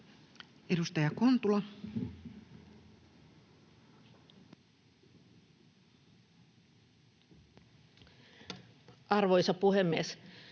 Edustaja Kulmuni. Arvoisa puhemies!